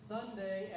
Sunday